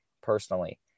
personally